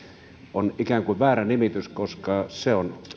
on ikään kuin väärä nimitys koska se on